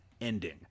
ending